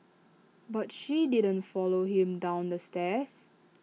but she did not follow him down the stairs